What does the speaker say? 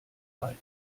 ein